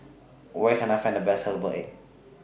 Where Can I Find The Best Herbal Egg